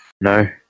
no